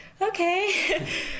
Okay